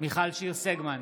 מיכל שיר סגמן,